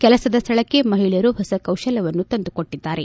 ಕೆಲಸದ ಸ್ನಳಕ್ಕೆ ಮಹಿಳೆಯರು ಹೊಸ ಕೌಶಲ್ಲವನ್ನು ತಂದು ಕೊಟ್ಲದ್ದಾರೆ